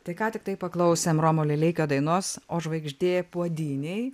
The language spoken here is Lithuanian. tai ką tiktai paklausėm romo lileikio dainos o žvaigždė puodynėj